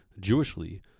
Jewishly